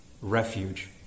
Refuge